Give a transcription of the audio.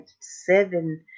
seven